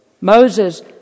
Moses